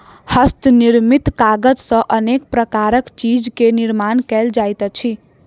हस्त निर्मित कागज सॅ अनेक प्रकारक चीज के निर्माण कयल जाइत अछि